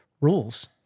rules